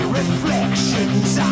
reflections